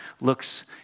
looks